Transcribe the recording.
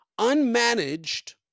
unmanaged